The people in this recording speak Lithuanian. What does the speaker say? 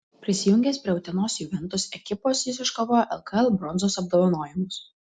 prisijungęs prie utenos juventus ekipos jis iškovojo lkl bronzos apdovanojimus